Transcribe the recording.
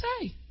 say